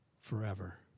forever